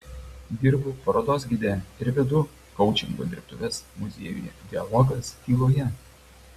dirbu parodos gide ir vedu koučingo dirbtuves muziejuje dialogas tyloje